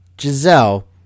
Giselle